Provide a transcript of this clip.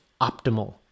optimal